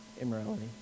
immorality